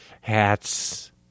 hats